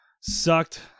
sucked